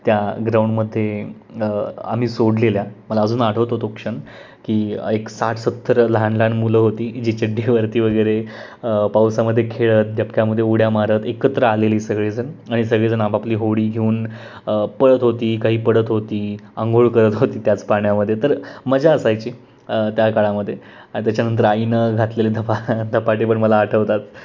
त्या ग्राउंडमध्ये आम्ही सोडलेल्या मला अजून आठवतो तो क्षण की एक साठ सत्तर लहान लहान मुलं होती जी चड्डीवरती वगैरे पावसामध्ये खेळत डबक्यामध्ये उड्या मारत एकत्र आलेली सगळीजण आणि सगळीजण आपापली होडी घेऊन पळत होती काही पडत होती आंघोळ करत होती त्याच पाण्यामध्ये तर मजा असायची त्या काळामध्ये त्याच्यानंतर आईनं घातलेले धपा धपाटे पण मला आठवतात